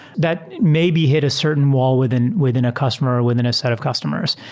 that maybe hit a certain wall within within a customer, or within a set of customers.